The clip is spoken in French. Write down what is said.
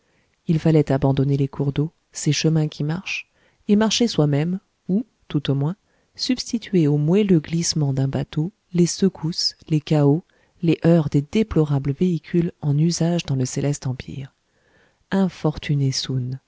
il fallait abandonner les cours d'eau ces chemins qui marchent et marcher soi-même ou tout au moins substituer au moelleux glissement d'un bateau les secousses les cahots les heurts des déplorables véhicules en usage dans le céleste empire infortuné